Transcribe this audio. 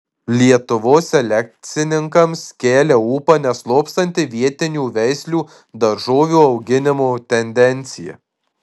lietuvos selekcininkams kelia ūpą neslopstanti vietinių veislių daržovių auginimo tendencija